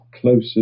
closer